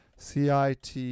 CIT